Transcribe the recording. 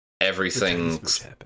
everything's